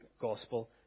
gospel